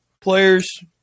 players